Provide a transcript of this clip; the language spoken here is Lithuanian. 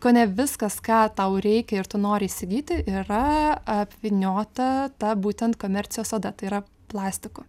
kone viskas ką tau reikia ir tu nori įsigyti yra apvyniota ta būtent komercijos oda tai yra plastiku